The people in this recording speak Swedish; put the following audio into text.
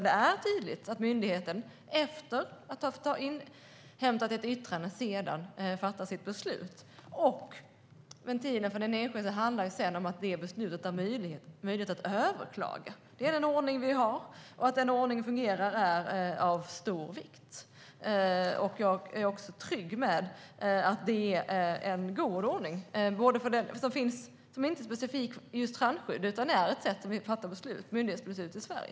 Det är tydligt att myndigheten efter att ha inhämtat ett yttrande fattar sitt beslut. Ventilen för den enskilde är sedan att beslutet är möjligt att överklaga. Det är den ordning vi har, och att den ordningen fungerar är av stor vikt. Jag är också trygg med att det är en god ordning, inte specifikt just för strandskydd utan som ett sätt att fatta myndighetsbeslut i Sverige.